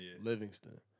Livingston